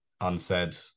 unsaid